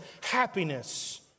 happiness